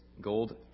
gold